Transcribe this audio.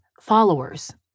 followers